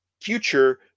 future